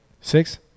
six